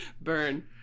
Burn